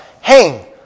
hang